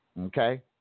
okay